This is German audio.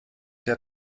der